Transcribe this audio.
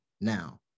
Now